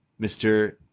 mr